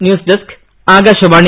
news desk Akashvani